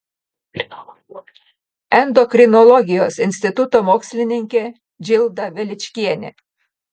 endokrinologijos instituto mokslininkė džilda veličkienė